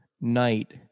night